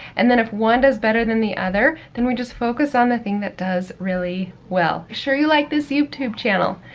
and then, if one does better than the other, then we just focus on the thing that does really well. be sure you like this youtube channel,